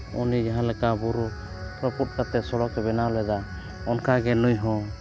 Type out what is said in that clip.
ᱩᱱᱤ ᱡᱟᱦᱟᱸ ᱞᱮᱠᱟ ᱵᱩᱨᱩ ᱨᱟᱹᱯᱩᱫ ᱠᱟᱛᱮᱫ ᱥᱚᱲᱚᱠᱮ ᱵᱮᱱᱟᱣ ᱞᱮᱫᱟ ᱚᱱᱠᱟᱜᱮ ᱱᱩᱭ ᱦᱚᱸ